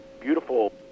beautiful